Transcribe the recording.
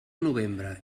novembre